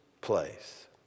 place